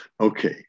Okay